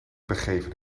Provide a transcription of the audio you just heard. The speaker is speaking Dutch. begeven